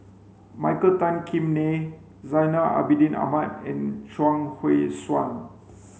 Michael Tan Kim Nei Zainal Abidin Ahmad and Chuang Hui Tsuan